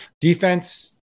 Defense